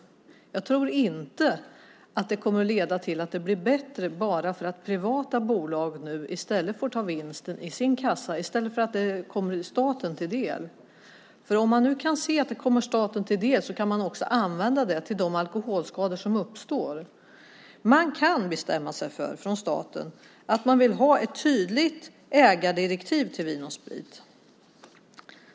Jag tror inte att det kommer att leda till att det blir bättre för att privata bolag får dra in vinsten till sin kassa i stället för att den kommer staten till del. Om den kommer staten till del kan den också användas till de alkoholskador som uppstår. Man kan från statens sida bestämma sig för att man vill ha ett tydligt ägardirektiv för Vin & Sprit.